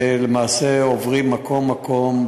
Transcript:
למעשה עוברים מקום-מקום,